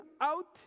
out